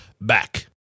back